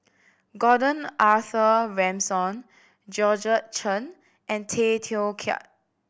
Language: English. Gordon Arthur Ransome Georgette Chen and Tay Teow Kiat